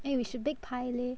eh we should bake pie leh